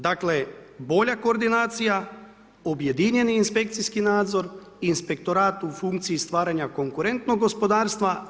Dakle, bolja koordinacija, objedinjeni inspekcijski nadzor, inspektorat u funkciji stvaranja konkurentnog gospodarstva.